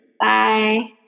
Bye